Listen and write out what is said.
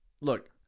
look